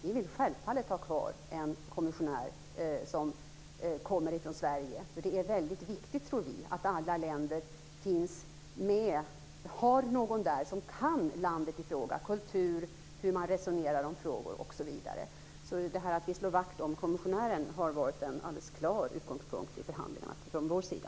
Vi vill självfallet ha kvar en kommissionär från Sverige. Det är väldigt viktigt, tror vi, att alla länder finns med. Det är viktigt att det finns någon som kan landet i fråga och som känner till kulturen och hur man resonerar i olika frågor osv. Att slå vakt om kommissionären har varit en alldeles klar utgångspunkt i förhandlingarna från vår sida.